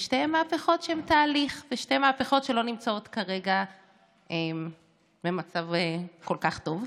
שתי מהפכות של תהליך ושתי מהפכות שלא נמצאות כרגע במצב כל כך טוב.